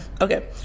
Okay